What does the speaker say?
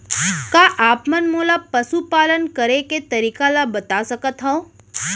का आप मन मोला पशुपालन करे के तरीका ल बता सकथव?